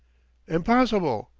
impossible.